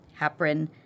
heparin